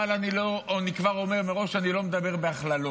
אבל אני כבר אומר מראש שאני לא מדבר בהכללות.